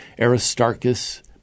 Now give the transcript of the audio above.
Aristarchus